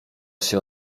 się